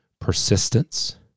persistence